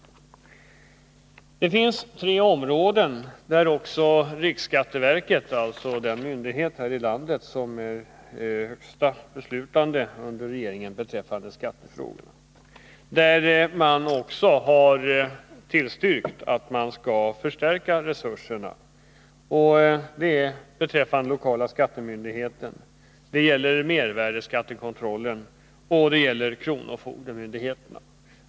Det finns tre områden där också riksskatteverket — den myndighet här i landet som är högsta beslutande organ under regeringen i skattefrågor — har tillstyrkt en förstärkning av resurserna. Det gäller de lokala skattemyndigheterna, mervärdeskattekontrollen och kronofogdemyndigheterna.